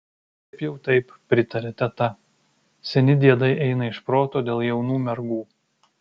tai jau taip pritarė teta seni diedai eina iš proto dėl jaunų mergų